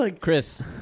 Chris